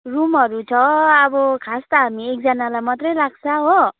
रुमहरू छ अब खास त हामी एकजनालाई मात्रै राख्छा हो